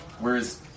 whereas